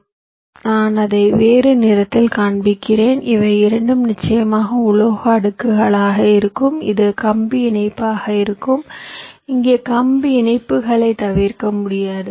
எனவே நான் அதை வேறு நிறத்தில் காண்பிக்கிறேன் இவை இரண்டும் நிச்சயமாக உலோக அடுக்குகளாக இருக்கும் இது கம்பி இணைப்பாக இருக்கும் இங்கே கம்பி இணைப்புகளைத் தவிர்க்க முடியாது